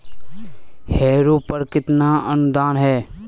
Harrow पर कितना अनुदान है?